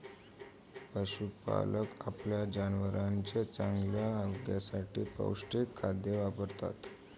पशुपालक आपल्या जनावरांच्या चांगल्या आरोग्यासाठी पौष्टिक खाद्य वापरतात